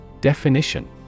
Definition